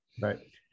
Right